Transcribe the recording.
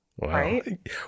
right